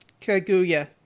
Kaguya